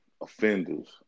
offenders